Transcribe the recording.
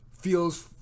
feels